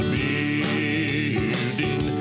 building